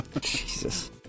Jesus